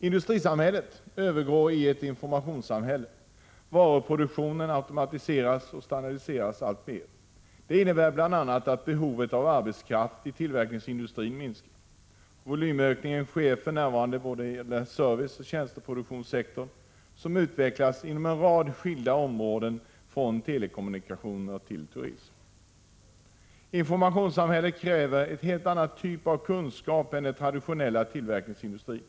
Industrisamhället övergår i informationssamhället. Varuproduktionen automatiseras och standardiseras alltmer. Detta innebär bl.a. att behovet av arbetskraft i tillverkningsindustrin minskar. Volymökningen sker för närvarande i serviceoch tjänsteproduktionssektorer, som utvecklas inom en rad skilda områden från telekommunikation till turism. Informationssamhället kräver en helt annan typ av kunskap än den traditionella tillverkningsindustrin.